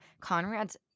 Conrad's